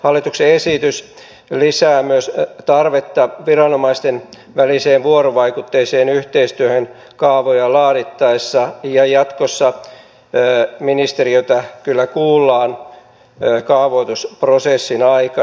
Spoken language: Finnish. hallituksen esitys lisää myös tarvetta viranomaisten väliseen vuorovaikutteiseen yhteistyöhön kaavoja laadittaessa ja jatkossa ministeriötä kyllä kuullaan kaavoitusprosessin aikana